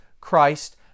Christ